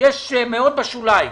ואם יש, יש בשוליים.